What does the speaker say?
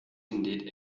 indeed